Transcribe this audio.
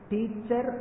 Teacher